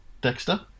Dexter